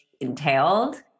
entailed